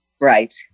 right